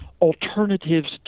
alternatives